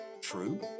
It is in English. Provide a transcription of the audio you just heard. true